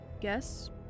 guess